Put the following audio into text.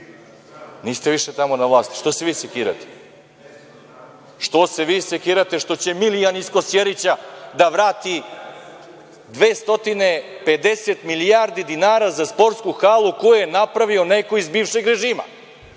Niste više tamo na vlasti. Što se vi sekirate? Što se vi sekirate što će Milijan iz Kosjerića da vrati 250 milijardi dinara za sportsku halu koju je napravio neko iz bivšeg režima?